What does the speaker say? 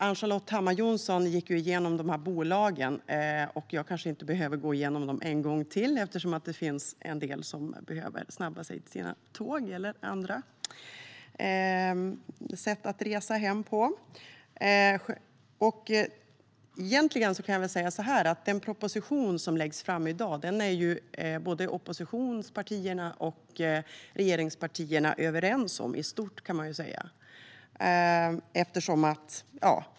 Ann-Charlotte Hammar Johnsson gick ju igenom dessa bolag, och jag kanske inte behöver göra det en gång till eftersom det finns en del som behöver snabba sig till sina tåg eller resa hem på andra sätt. Den proposition som läggs fram i dag är oppositionspartierna och regeringspartierna överens om i stort.